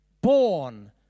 born